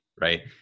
right